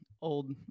old